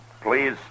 Please